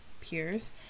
peers